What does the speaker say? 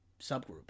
subgroup